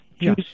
Yes